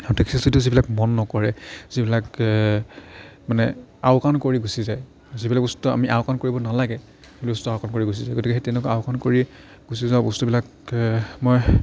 taxi চেক্সি যিবিলাক মন নকৰে যিবিলাক মানে আওকাণ কৰি গুচি যায় যিবিলাক বস্তু আমি আওকাণ কৰিব নালাগে সেইবিলাক বস্তু আওকাণ কৰি গুচি যায় গতিকে সেই তেনেকুৱা আওকাণ কৰি গুচি যোৱা বস্তুবিলাক মই